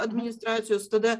administracijos tada